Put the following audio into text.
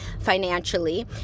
financially